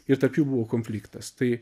ir tarp jų buvo konfliktas tai